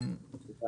לגבי